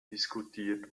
diskutiert